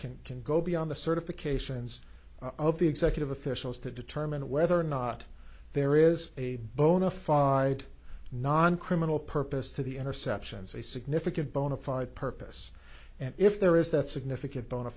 can can go beyond the certifications of the executive officials to determine whether or not there is a bona fide non criminal purpose to the interceptions a significant bonafide purpose and if there is that significant bona